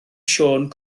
siôn